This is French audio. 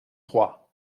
trois